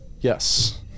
Yes